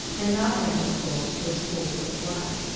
and not eligible to a school for the blind.